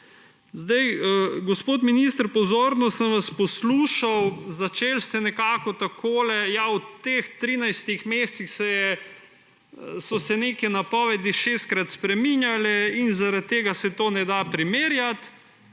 dolg. Gospod minister, pozorno sem vas poslušal, začeli ste nekako takole: ja, v teh 13 mesecih so se neke napovedi šestkrat spreminjale in zaradi tega se tega ne da primerjati.